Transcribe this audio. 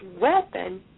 weapon